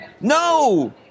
No